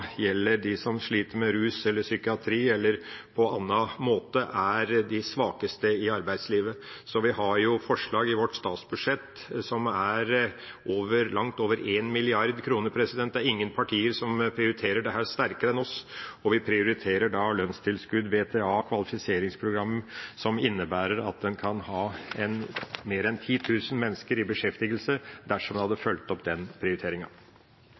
gjelder de som sliter med rus eller psykiatri eller på annen måte er de svakeste i arbeidslivet. Vårt forslag til statsbudsjett er på langt over 1 mrd. kr. Det er ingen partier som prioriterer dette sterkere enn oss, og vi prioriterer lønnstilskudd, VTA, kvalifiseringsprogram, som innebærer at en kunne hatt mer enn 10 00 mennesker i beskjeftigelse dersom en hadde fulgt opp den prioriteringa.